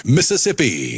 Mississippi